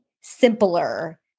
simpler